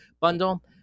Bundle